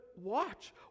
watch